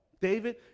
David